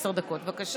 עשר דקות, בבקשה.